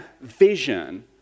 vision